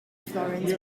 florence